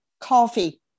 Coffee